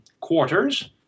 quarters